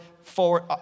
forward